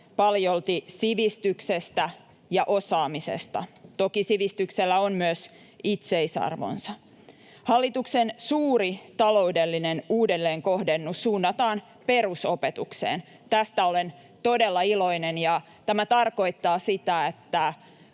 paljolti sivistyksestä ja osaamisesta. Toki sivistyksellä on myös itseisarvonsa. Hallituksen suuri taloudellinen uudelleenkohdennus suunnataan perusopetukseen. Tästä olen todella iloinen, ja tämä tarkoittaa sitä, että